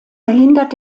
verhindert